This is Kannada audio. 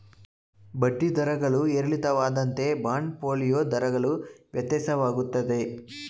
ಬಡ್ಡಿ ದರಗಳು ಏರಿಳಿತವಾದಂತೆ ಬಾಂಡ್ ಫೋಲಿಯೋ ದರಗಳು ವ್ಯತ್ಯಾಸವಾಗುತ್ತದೆ